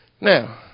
Now